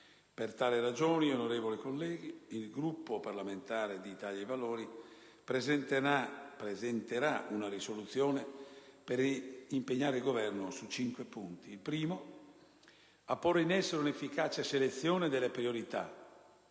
Per tali ragioni, onorevoli colleghi, il Gruppo parlamentare dell'Italia dei Valori presenterà una risoluzione per impegnare il Governo su cinque punti: in primo luogo, a porre in essere un'efficace selezione delle priorità,